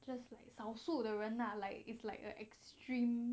just like 少数的人 lah like it's like a extreme